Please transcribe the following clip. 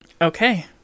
Okay